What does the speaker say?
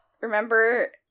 remember